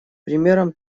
примером